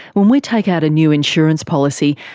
when we take out a new insurance policy,